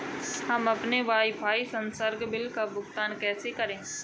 हम अपने वाईफाई संसर्ग बिल का भुगतान कैसे करें?